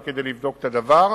גם כדי לבדוק את הדבר.